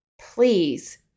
please